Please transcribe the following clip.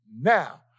now